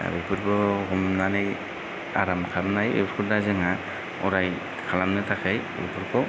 दा बेफोरखौ हमनानै आराम खालामनाय बेफोरखौ दा जोंहा अराय खालामनो थाखाय बेफोरखौ